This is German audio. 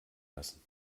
lassen